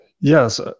yes